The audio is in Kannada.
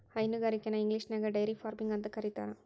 ಹೈನುಗಾರಿಕೆನ ಇಂಗ್ಲಿಷ್ನ್ಯಾಗ ಡೈರಿ ಫಾರ್ಮಿಂಗ ಅಂತ ಕರೇತಾರ